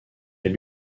est